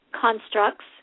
constructs